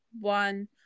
One